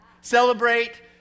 celebrate